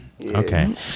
Okay